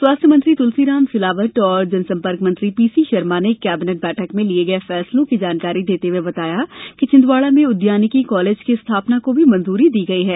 स्वास्थ्य मंत्री तुलसी सिलावट और जनसंपर्क मंत्री पीसी शर्मा ने कैबिनेट बैठक में लिए गए फैसलों की जानकारी देते हुए बताया कि छिंदवाड़ा में उद्यानिकी कॉलेज की स्थापना को भी मंजूरी दी गई है